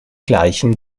gleichen